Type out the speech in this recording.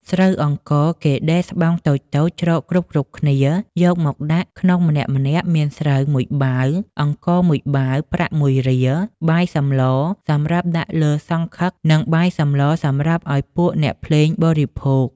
ស្រូវអង្ករ គេដេរស្បោងតូចៗច្រកគ្រប់ៗគ្នាយក មកដាក់ ក្នុងម្នាក់ៗមានស្រូវ ១បាវ អង្ករ ១បាវ ប្រាក់ ១រៀល បាយសម្លសម្រាប់ដាក់លើសង្ឃឹក និងបាយ សម្លសម្រាប់ឲ្យពួកអ្នកភ្លេងបរិភោគ ។